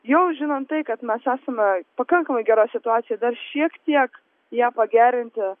jau žinant tai kad mes esame pakankamai geroj situacijoj dar šiek tiek ją pagerinti